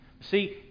See